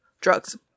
drugs